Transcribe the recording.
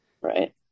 Right